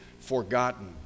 forgotten